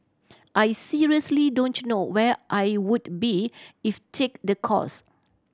I seriously don't know where I would be if take the course